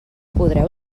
podreu